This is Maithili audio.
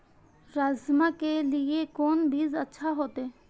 राजमा के लिए कोन बीज अच्छा होते?